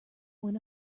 when